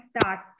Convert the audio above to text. start